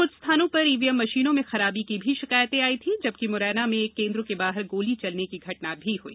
कुछ स्थानों पर इवीएम मशीनों में खराबी की भी शिकायतें आईं थी जबकि मुरैना में एक केंद्र के बाहर गोली चलने की घटना भी हुई